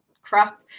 crap